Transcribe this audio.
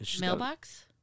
mailbox